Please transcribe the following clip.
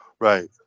Right